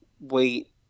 wait